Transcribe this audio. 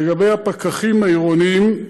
לגבי הפקחים העירוניים: